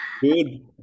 Good